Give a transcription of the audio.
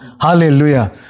Hallelujah